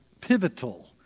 pivotal